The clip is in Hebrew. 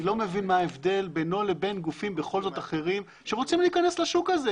אני לא מבין מה ההבדל בינו לבין גופים אחרים שרוצים להיכנס לשוק הזה.